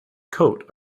coat